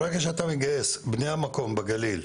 ברגע שאתה מגייס את בני המקום, בגליל,